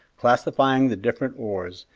classifying the different ores,